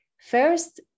First